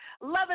Loving